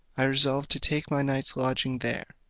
i resolved to take my night's lodging there,